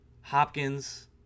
Hopkins